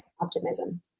optimism